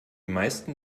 meisten